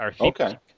Okay